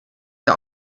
der